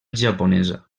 japonesa